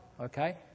okay